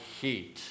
heat